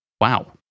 Wow